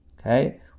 Okay